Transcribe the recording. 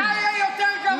איתך יהיה יותר גרוע,